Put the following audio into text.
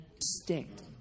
distinct